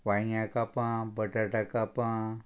वांयग्या कापां बटाटा कापां